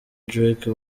drake